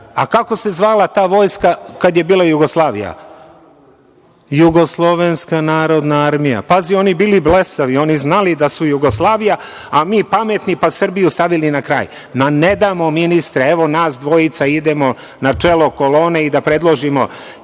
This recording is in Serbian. negde. Kako se zvala ta vojska kad je bila Jugoslavija? Jugoslovenska narodna armija. Pazi, oni bili blesavi, oni znali da su Jugoslavija, a mi pametni pa Srbiju stavili na kraj. Ne damo, ministre. Evo, nas dvojica idemo na čelo kolone i da predložimo